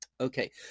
Okay